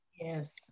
Yes